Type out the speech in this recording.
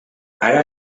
encara